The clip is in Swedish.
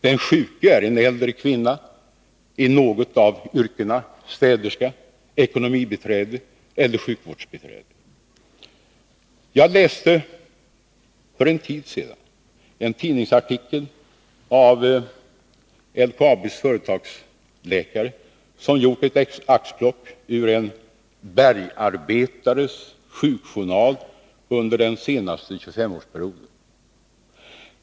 Den sjuke är en äldre kvinna i något av yrkena städerska, ekonomibiträde eller sjukvårdsbiträde.” Jagläste för en tid sedan en tidningsartikel av LKAB:s företagsläkare, som gjort ett axplock ur en bergarbetares sjukjournal under den senaste 25-årsperioden.